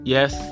Yes